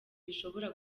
bishobora